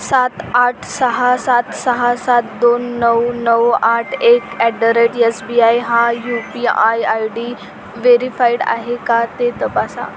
सात आठ सहा सात सहा सात दोन नऊ नऊ आठ एक at the rate S B I हा U P I I D verified आहे का ते तपासा